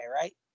right